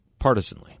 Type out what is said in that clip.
partisanly